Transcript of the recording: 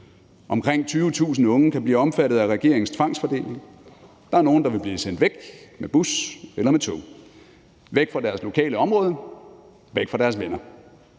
Omkring 20.000 unge kan blive omfattet af regeringens tvangsfordeling. Der er nogle, der vil blive sendt væk med bus eller med tog, væk fra deres lokale område, væk fra deres venner.